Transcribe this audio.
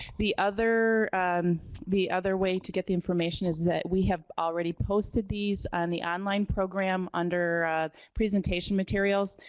the other the other way to get the information is that we have already posted these on the online program under presentation materials.